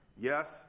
Yes